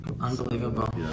Unbelievable